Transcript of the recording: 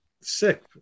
Sick